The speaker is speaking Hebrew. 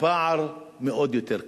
בפער עוד יותר קטן.